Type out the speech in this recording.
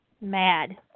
mad